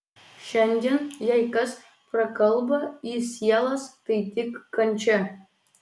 šiandien jei kas prakalba į sielas tai tik kančia